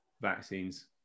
vaccines